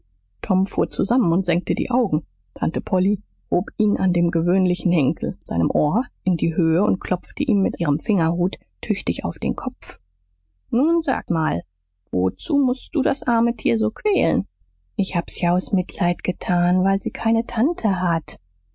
tom fuhr zusammen und senkte die augen tante polly hob ihn an dem gewöhnlichen henkel seinem ohr in die höhe und klopfte ihm mit ihrem fingerhut tüchtig auf den kopf nun sag mal wozu mußt du das arme tier so quälen ich hab's ja aus mitleid getan weil sie keine tante hat